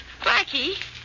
Blackie